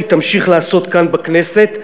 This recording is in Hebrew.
היא תמשיך לעשות כאן בכנסת.